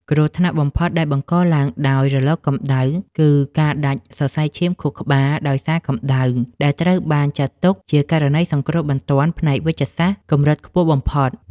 គ្រោះថ្នាក់បំផុតដែលបង្កឡើងដោយរលកកម្ដៅ គឺការដាច់សរសៃឈាមខួរក្បាលដោយសារកម្ដៅ ដែលត្រូវបានចាត់ទុកជាករណីសង្គ្រោះបន្ទាន់ផ្នែកវេជ្ជសាស្ត្រកម្រិតខ្ពស់បំផុត។